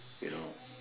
you know